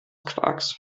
quarks